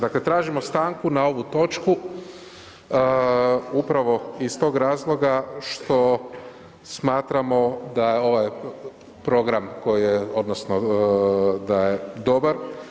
Dakle, tražimo stanku na ovu točku upravo iz tog razloga što smatramo da je ovaj program koji je odnosno da je dobar.